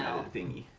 of the